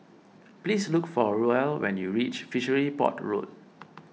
please look for Ruel when you reach Fishery Port Road